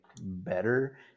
better